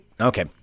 Okay